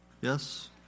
Yes